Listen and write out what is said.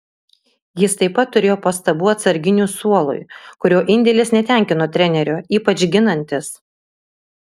jis taip pat turėjo pastabų atsarginių suolui kurio indėlis netenkino trenerio ypač ginantis